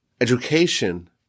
education